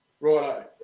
Righto